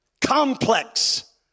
complex